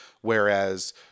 whereas